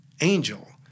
angel